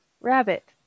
rabbit